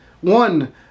one